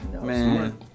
Man